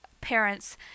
parents